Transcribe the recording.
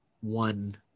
one